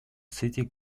city